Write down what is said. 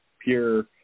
pure